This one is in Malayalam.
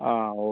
ആ ഓ